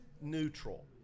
neutral